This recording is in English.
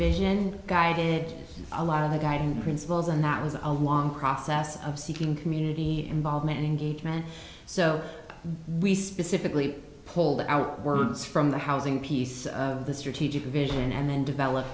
vision guided a lot of guiding principles and that was a long process of seeking community involvement and gateman so we specifically pulled out words from the housing piece of the strategic vision and then develop